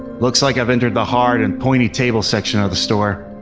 looks like i've entered the hard and pointy table section of the store.